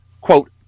quote